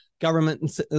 Government